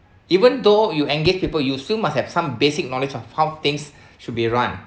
even though you engage people you still must have some basic knowledge of how things should be run